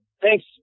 Thanks